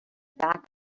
back